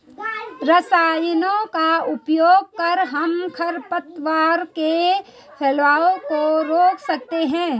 रसायनों का उपयोग कर हम खरपतवार के फैलाव को रोक सकते हैं